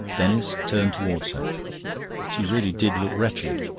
denis turned towards her she really did look wretched.